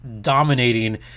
dominating